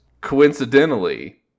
coincidentally